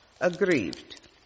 aggrieved